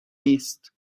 نیست